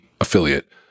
affiliate